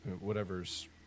whatever's